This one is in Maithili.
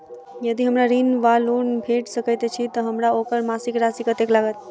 यदि हमरा ऋण वा लोन भेट सकैत अछि तऽ हमरा ओकर मासिक राशि कत्तेक लागत?